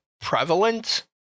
prevalent